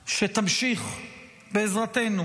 שתמשיך, בעזרתנו